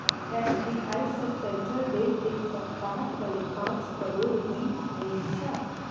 SBI स central bank एक सप्ताहर तने पांच करोड़ ऋण लिल छ